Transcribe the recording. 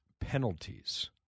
Penalties